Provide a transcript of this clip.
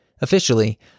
Officially